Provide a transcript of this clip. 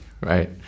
Right